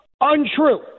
untrue